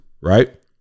Right